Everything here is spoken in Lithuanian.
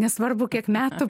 nesvarbu kiek metų